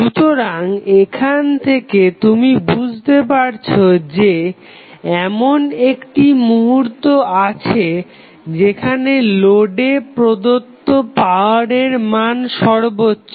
সুতরাং এখান থেকে তুমি বুঝতে পারছো যে এমন একটি মুহূর্ত আছে যেখানে লোডে প্রদত্ত পাওয়ারের মান সর্বোচ্চ